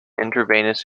intravenous